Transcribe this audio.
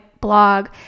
blog